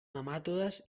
nematodes